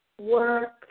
work